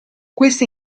questa